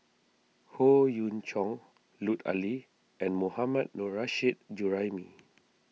Howe Yoon Chong Lut Ali and Mohammad Nurrasyid Juraimi